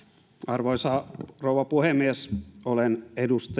arvoisa rouva puhemies olen edustaja